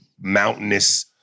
mountainous